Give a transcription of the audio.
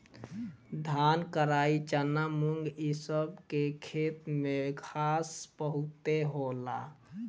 धान, कराई, चना, मुंग इ सब के खेत में घास बहुते होला